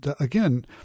again